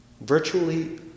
Virtually